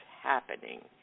happening